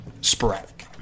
sporadic